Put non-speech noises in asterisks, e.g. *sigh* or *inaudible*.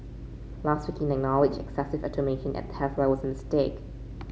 last week he acknowledged excessive *unintelligible* at Tesla was a mistake